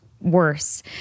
worse